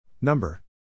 Number